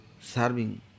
serving